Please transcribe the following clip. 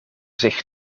zich